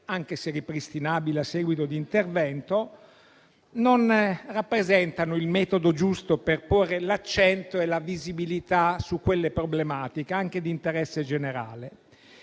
anche se ripristinabile a seguito di intervento, non rappresentano il metodo giusto per porre l'accento e la visibilità su quelle problematiche, anche di interesse generale.